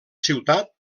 ciutat